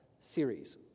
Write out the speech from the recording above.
series